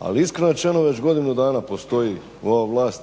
Ali iskreno rečeno već godinu dana postoji ova vlast,